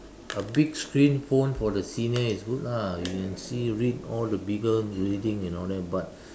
a big screen phone for the senior is good lah you can see read all the bigger reading and all that but